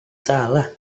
salah